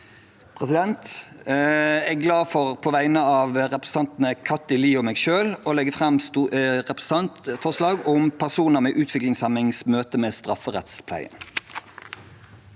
Jeg er glad for på vegne av representanten Kathy Lie og meg selv å legge fram et representantforslag om personer med utviklingshemmings møte med strafferettspleien.